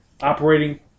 operating